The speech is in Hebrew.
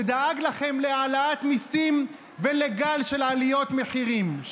שדאג לכם להעלאת מיסים ולגל של עליות מחירים,